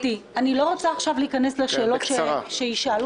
כן יש מקרים שבהם הוא נדרש להצהיר על קשרים אישיים שיש לו